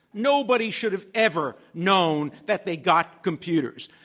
nobody should have ever known that they got computers.